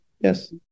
yes